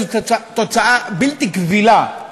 זו תוצאה בלתי קבילה,